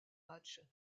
matchs